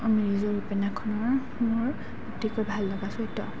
মিৰি জীয়ৰী উপন্যাসখনৰ মোৰ অতিকৈ ভাল লগা চৰিত্ৰ